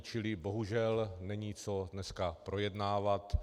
Čili bohužel není co dneska projednávat.